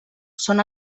són